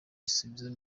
gisubizo